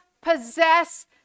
possess